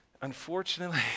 unfortunately